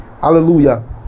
hallelujah